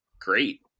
great